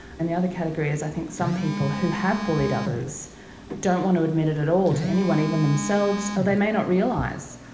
and the other category is i think some people who have bullied others don't want to admit it at all to anyone, even themselves, or they may not realise,